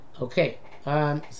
Okay